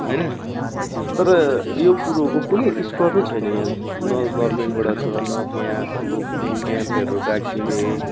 होइन तर यो कुरोको कुनै स्कोपै छैन यहाँ न गर्मेन्टबाट छ यहाँ ठुलो कुनै क्याम्पहरू राखिदिने